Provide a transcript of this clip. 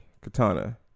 Katana